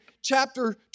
chapter